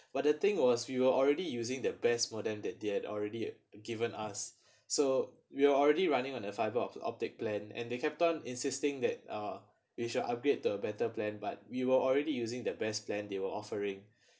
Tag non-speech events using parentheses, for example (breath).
but the thing was we were already using the best modem that they had already given us (breath) so we were already running on the fibre optic optic plan and they kept on insisting that uh you should upgrade the better plan but we were already using the best plan they were offering (breath)